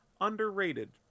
Underrated